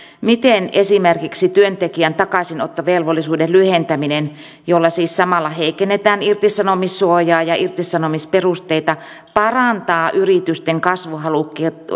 miten esimerkiksi työntekijän takaisinottovelvollisuuden lyhentäminen jolla siis samalla heikennetään irtisanomissuojaa ja irtisanomisperusteita parantaa yritysten kasvuhalukkuutta